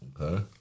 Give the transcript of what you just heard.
Okay